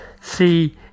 See